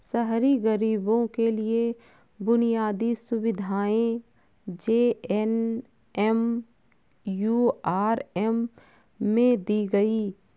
शहरी गरीबों के लिए बुनियादी सुविधाएं जे.एन.एम.यू.आर.एम में दी गई